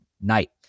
night